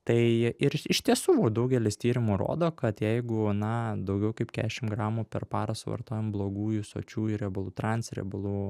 tai ir iš tiesų daugelis tyrimų rodo kad jeigu na daugiau kaip kešim gramų per parą suvartojam blogųjų sočiųjų riebalų transriebalų